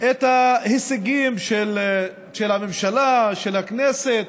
את ההישגים של הממשלה, של הכנסת,